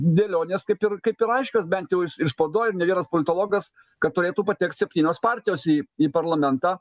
dėlionės kaip ir kaip ir aiškios bent jau ir spaudoj ir ne vienas politologas kad turėtų patekt septynios partijos į į parlamentą